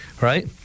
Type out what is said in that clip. right